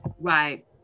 Right